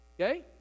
Okay